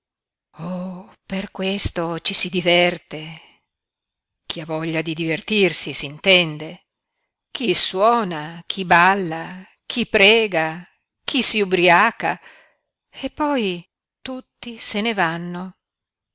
per questo ci si diverte chi ha voglia di divertirsi s'intende chi suona chi balla chi prega chi si ubriaca e poi tutti se ne vanno